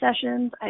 sessions